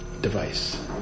device